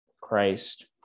Christ